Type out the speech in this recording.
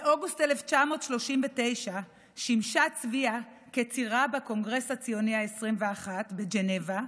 באוגוסט 1939 שימשה צביה צירה בקונגרס הציוני ה-21 בז'נבה,